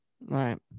Right